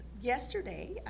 yesterday